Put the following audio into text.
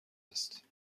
است